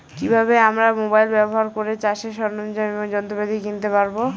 কি ভাবে আমরা মোবাইল ব্যাবহার করে চাষের সরঞ্জাম এবং যন্ত্রপাতি কিনতে পারবো?